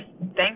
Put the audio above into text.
thank